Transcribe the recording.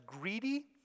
greedy